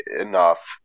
enough